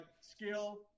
skill